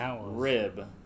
rib